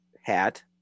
hat